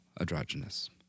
androgynous